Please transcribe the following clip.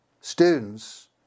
students